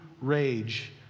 rage